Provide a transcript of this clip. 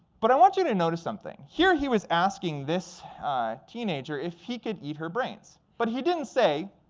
but i want you to notice something. here, he was asking this teenager if he could eat her brains. but he didn't say,